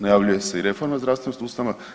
Najavljuje se i reforma zdravstvenog sustava.